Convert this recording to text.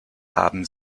haben